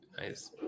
Nice